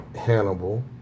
Hannibal